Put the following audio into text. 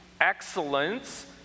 excellence